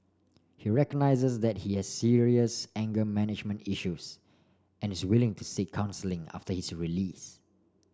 he recognises that he has serious anger management issues and is willing to seek counselling after his release